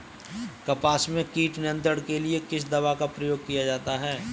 कपास में कीट नियंत्रण के लिए किस दवा का प्रयोग किया जाता है?